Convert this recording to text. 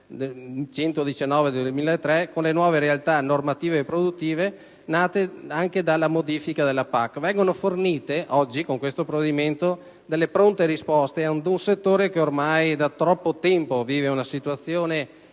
n. 119 del 2003 con le nuove realtà normative e produttive nate anche dalla modifica della PAC, vengono fornite oggi con questo provvedimento pronte risposte ad un settore che ormai da troppo tempo vive una situazione